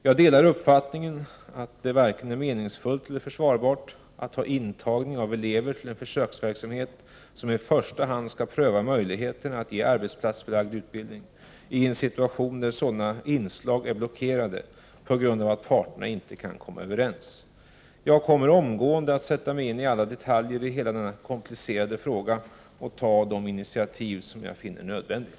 Jag delar uppfattningen att det varken är meningsfullt eller försvarbart att ha intagning av elever till en försöksverksamhet som i första hand skall pröva möjligheterna att ge arbetsplatsförlagd utbildning, i en situation där sådana inslag är blockerade på grund av att parterna inte kan komma överens. Jag kommer omgående att sätta mig in i alla detaljer i hela denna komplicerade fråga och ta de initiativ som jag finner nödvändiga.